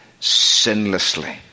sinlessly